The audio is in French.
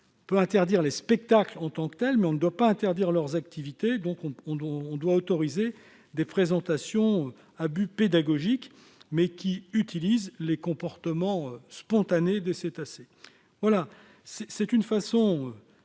l'on peut interdire les spectacles en tant que tels, il ne faut pas interdire leurs activités. Nous devons donc autoriser des présentations à but pédagogique, qui utilisent les comportements spontanés des cétacés. C'est une façon